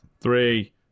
Three